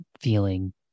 feeling